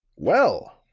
well!